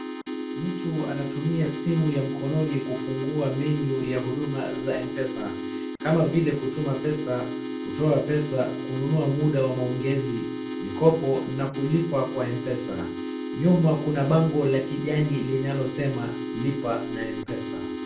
Mtu anatumia simu ya mkononi kufungua menu ya huduma za M pesa kama vile kutuma pesa, kutoa pesa, kununua muda wa maongezi, mikopo na kulipwa kwa Mpesa, nyuma kuna bango la kijani linalosema lipa na Mpesa.